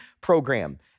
program